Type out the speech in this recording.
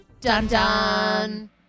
Dun-dun